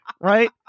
Right